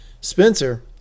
spencer